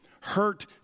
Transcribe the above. hurt